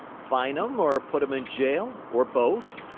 fine em, or put em in jail, or both.